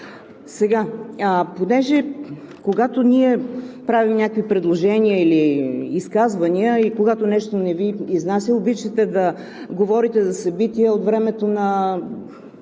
сектора. Когато ние правим някакви предложения или изказвания, когато нещо не Ви изнася, обичате да говорите за събития от времето на